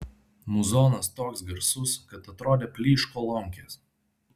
muzonas toks garsus kad atrodė plyš kolonkės